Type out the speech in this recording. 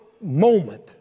moment